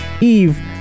Eve